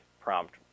prompt